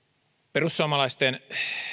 perussuomalaisten